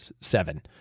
seven